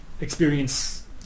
experience